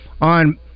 on